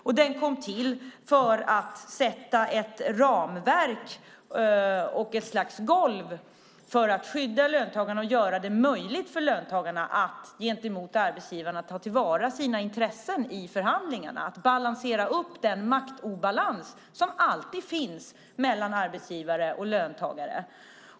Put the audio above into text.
Och den kom till för att sätta ett ramverk och ett slags golv för att skydda löntagarna och göra det möjligt för löntagarna att gentemot arbetsgivarna ta till vara sina intressen i förhandlingarna och balansera den maktobalans som alltid finns mellan arbetsgivare och löntagare.